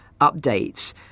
updates